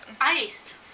Ice